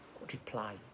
reply